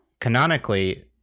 Canonically